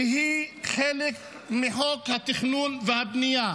שהיא חלק מחוק התכנון והבנייה.